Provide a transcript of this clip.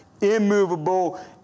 immovable